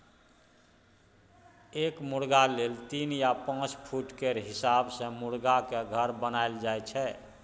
एक मुरगा लेल तीन या पाँच फुट केर हिसाब सँ मुरगाक घर बनाएल जाइ छै